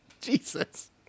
Jesus